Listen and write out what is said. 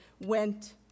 went